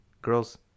Girls